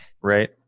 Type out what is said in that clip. Right